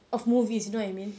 of movies you know what I mean